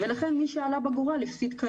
מי שעלה בגורל הפסיד.